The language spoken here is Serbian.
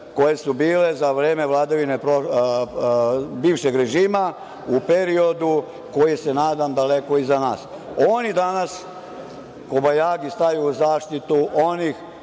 koje su bile za vreme vladavine bivšeg režima u periodu koji je, nadam se, daleko iza nas. Oni danas, kobajagi, staju u zaštitu onih